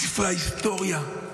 בספרי ההיסטוריה,